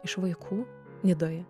iš vaikų nidoje